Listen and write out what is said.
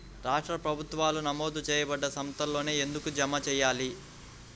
రాష్ట్ర ప్రభుత్వాలు నమోదు చేయబడ్డ సంస్థలలోనే ఎందుకు జమ చెయ్యాలి?